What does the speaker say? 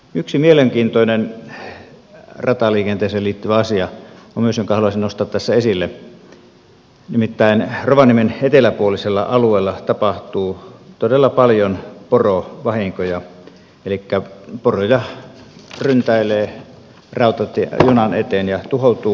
yksi mielenkiintoinen rataliikenteeseen liittyvä asia jonka haluaisin nostaa tässä esille on myös se että rovaniemen eteläpuolisella alueella tapahtuu todella paljon porovahinkoja elikkä poroja ryntäilee junan eteen ja tuhoutuu